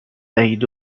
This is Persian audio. دهید